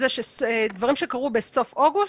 על זה שדברים שקרו בסוף אוגוסט,